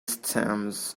stems